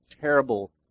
terrible